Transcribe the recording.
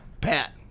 pat